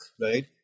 right